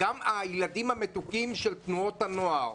גם הילדים המתוקים של תנועות הנוער,